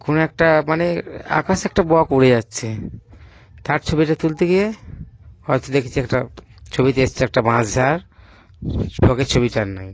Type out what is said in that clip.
কোনো একটা মানে আকাশে একটা বক উড়ে যাচ্ছে তার ছবিটা তুলতে গিয়ে হয়তো দেখছি একটা ছবিতে এসেছে একটা বাঁশ ঝাড় বকের ছবিটা আর নেই